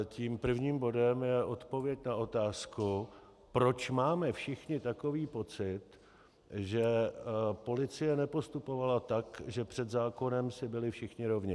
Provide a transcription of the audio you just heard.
Tím prvním bodem je odpověď na otázku, proč máme všichni takový pocit, že policie nepostupovala tak, že před zákonem si byli všichni rovni.